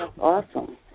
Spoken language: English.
Awesome